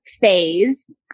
phase